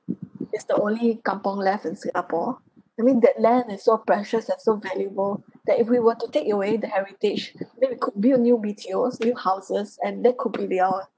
it's the only kampung left in singapore I mean that land is so precious and so valuable that if we were to take it away the heritage then we could build a new B_T_Os a new houses and that could be their